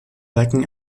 werken